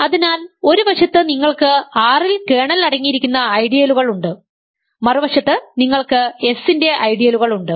അതിനാൽ ഒരു വശത്ത് നിങ്ങൾക്ക് R ൽ കേർണൽ അടങ്ങിയിരിക്കുന്ന ഐഡിയലുകൾ ഉണ്ട് മറുവശത്ത് നിങ്ങൾക്ക് S ന്റെ ഐഡിയലുകൾ ഉണ്ട്